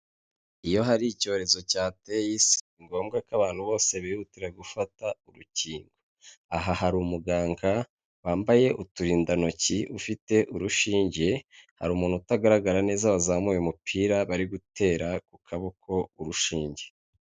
Iyo hari icyorezo cyateye isi, ni ngombwa ko abantu bose bihutira gufata urukingo, aha hari umuganga wambaye uturindantoki, ufite urushinge, hari umuntu utagaragara neza, wazamuye umupira, bari gutera ku kaboko urushinge.